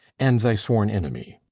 and thy sworn enemy,